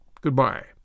Goodbye